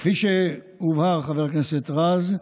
כפי שהובהר, חבר הכנסת רז,